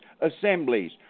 assemblies